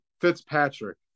Fitzpatrick